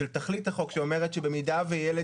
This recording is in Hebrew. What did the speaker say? של תכלית החוק שהיא אומרת שבמידה וילד